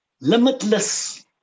limitless